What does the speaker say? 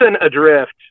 Adrift